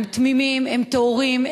הם תמימים, הם טהורים.